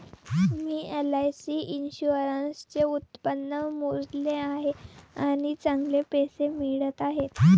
मी LIC इन्शुरन्सचे उत्पन्न मोजले आहे आणि चांगले पैसे मिळत आहेत